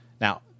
Now